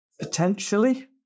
potentially